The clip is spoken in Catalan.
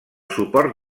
suport